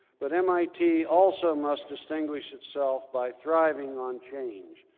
but mit also must distinguish itself by thriving on change.